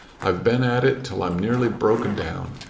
i've been at it till i'm nearly broken down.